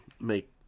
make